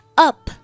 up